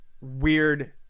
weird